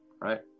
Right